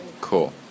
Cool